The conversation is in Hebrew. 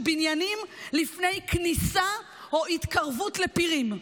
בניינים לפני כניסה או התקרבות לפירים.